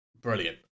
brilliant